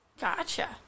Gotcha